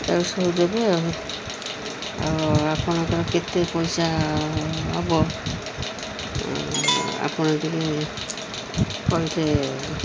ତାକୁ ସବୁ ଦେବେ ଆଉ ଆଉ ଆପଣଙ୍କର କେତେ ପଇସା ହବ ଆପଣ ଟିକେ କହିଦେବେ